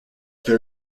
there